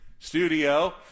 studio